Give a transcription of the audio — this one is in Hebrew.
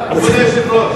כבוד היושב-ראש,